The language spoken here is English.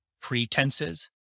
pretenses